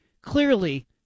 clearly